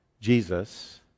Jesus